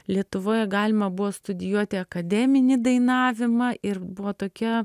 lietuvoje galima buvo studijuoti akademinį dainavimą ir buvo tokia